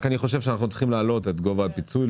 אני חושב שאנחנו צריכים להעלות את גובה הפיצוי.